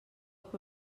què